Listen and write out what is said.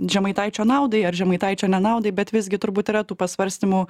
žemaitaičio naudai ar žemaitaičio nenaudai bet visgi turbūt yra tų pasvarstymų